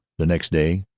the next day,